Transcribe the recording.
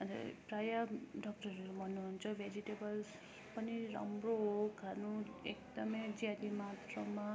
अन्त प्रायः डक्टरहरू भन्नुहुन्छ भेजिटेबल्स पनि राम्रो हो खानु एकदमै ज्यादा मात्रामा